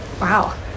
Wow